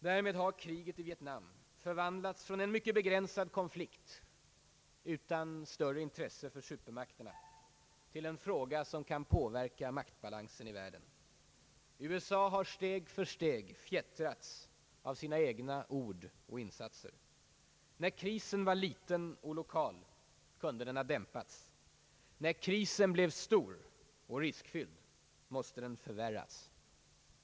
Därmed har kriget i Vietnam förvandlats från en mycket begränsad konflikt utan större intresse för supermakterna till en fråga som kan påverka maktbalansen i världen. USA har steg för steg fjättrats av sina egna ord och insatser. När krisen var liten och lokal kunde den ha dämpats; när krisen blev stor och riskfylld måste den förvärras.